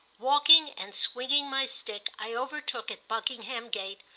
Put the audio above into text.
walking and swinging my stick, i overtook, at buckingham gate,